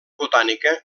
botànica